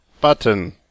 button